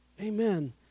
Amen